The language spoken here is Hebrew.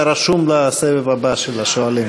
אתה רשום לסבב הבא של השואלים.